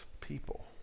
people